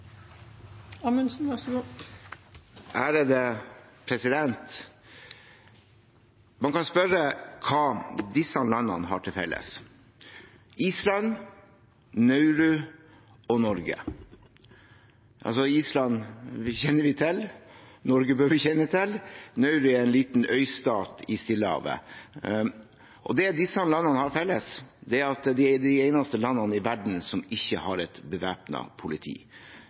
Man kan spørre hva disse landene har til felles: Island, Nauru og Norge. Island kjenner vi til. Norge bør vi kjenne til. Nauru er en liten øystat i Stillehavet. Det disse landene har felles, er at de er de eneste landene i verden som ikke har et bevæpnet politi.